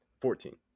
Fourteen